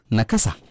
Nakasa